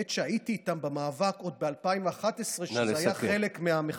החוק הייתה הופכת להיות חוק והיה אפשר לשים